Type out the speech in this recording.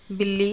ਬਿੱਲੀ